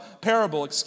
parable